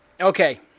Okay